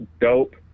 dope